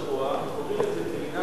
קוראים את זה, כמנהג, בשבועות.